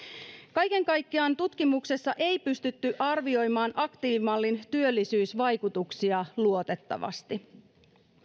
kaiken kaikkiaan tutkimuksessa ei pystytty arvioimaan aktiivimallin työllisyysvaikutuksia luotettavasti